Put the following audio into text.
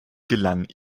gelang